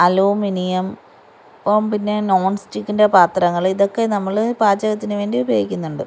aluminium ഇപ്പോൾ പിന്നെ നോൺസ്റ്റിക്കിന്റെ പാത്രങ്ങൾ ഇതൊക്കെ നമ്മൾ പാചകത്തിന് വേണ്ടി ഉപയോഗിക്കുന്നുണ്ട്